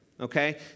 Okay